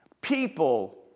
people